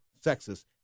Sexist